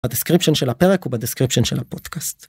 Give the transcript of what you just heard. הדיסקריפשן של הפרק ובדיסקריפשן של הפודקאסט.